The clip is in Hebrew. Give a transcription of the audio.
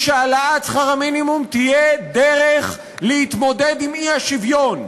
שהעלאת שכר המינימום תהיה דרך להתמודד עם האי-שוויון.